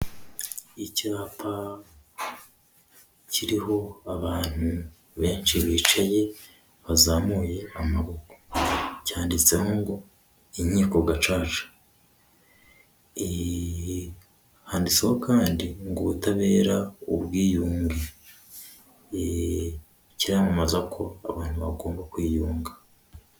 Icyapa kiriho abantu benshi bicaye bazamuye amaboko cyanditseho ngo inkiko gacaca, handitseho kandi ngo ubutabera ubwiyunge. Kiramamaza ko abantu bagomba kwiyunga.